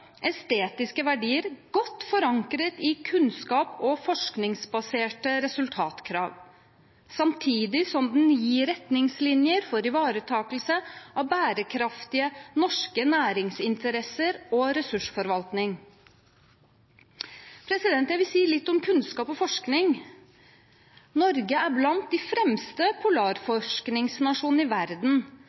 verdier godt forankret i kunnskaps- og forskningsbaserte resultatkrav, samtidig som den gir retningslinjer for ivaretakelse av bærekraftige norske næringsinteresser og ressursforvaltning. Jeg vil si litt om kunnskap og forskning. Norge er blant de fremste polarforskningsnasjonene i verden,